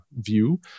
view